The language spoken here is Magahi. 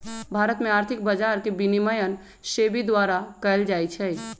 भारत में आर्थिक बजार के विनियमन सेबी द्वारा कएल जाइ छइ